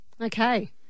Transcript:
Okay